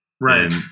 Right